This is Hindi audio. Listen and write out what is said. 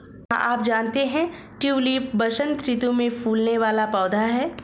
क्या आप जानते है ट्यूलिप वसंत ऋतू में फूलने वाला पौधा है